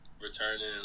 returning